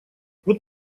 вот